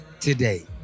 today